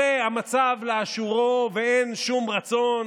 זה המצב לאשורו, ואין שום רצון